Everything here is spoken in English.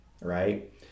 right